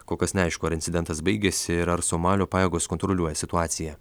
kol kas neaišku ar incidentas baigėsi ir ar somalio pajėgos kontroliuoja situaciją